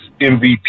MVP